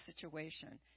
situation